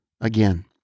again